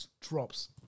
drops